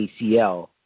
ACL